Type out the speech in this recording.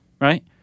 Right